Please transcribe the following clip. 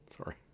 Sorry